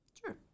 Sure